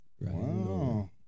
Wow